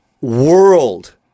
world